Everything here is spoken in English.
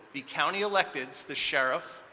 the county electeds the sheriff,